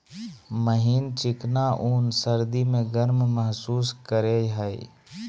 महीन चिकना ऊन सर्दी में गर्म महसूस करेय हइ